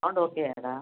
sound ஓகேயாடா